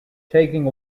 taking